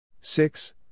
six